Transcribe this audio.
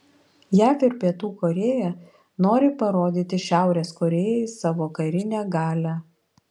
jav ir pietų korėja nori parodyti šiaurės korėjai savo karinę galią